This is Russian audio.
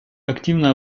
активно